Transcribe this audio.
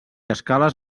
escales